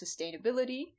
sustainability